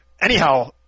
Anyhow